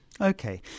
okay